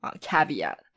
caveat